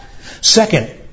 Second